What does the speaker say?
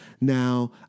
Now